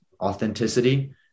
authenticity